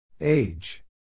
Age